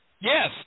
Yes